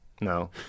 No